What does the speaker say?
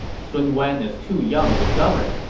sun wan is too young to govern.